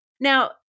Now